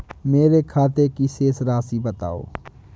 मेरे खाते की शेष राशि बताओ?